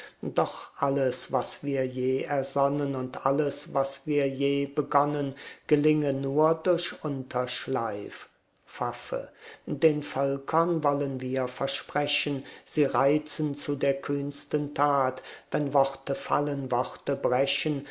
doch alles was wir je ersonnen und alles was wir je begonnen gelinge nur durch unterschleif pfaffe den völkern wollen wir versprechen sie reizen zu der kühnsten tat wenn worte fallen worte brechen